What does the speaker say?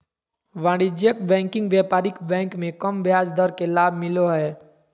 वाणिज्यिक बैंकिंग व्यापारिक बैंक मे कम ब्याज दर के लाभ मिलो हय